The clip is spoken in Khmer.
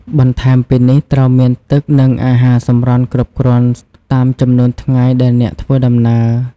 បន្ថែមពីនេះត្រូវមានទឹក និងអាហារសម្រន់គ្រប់គ្រាន់តាមចំនួនថ្ងៃដែលអ្នកធ្វើដំណើរ។